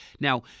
Now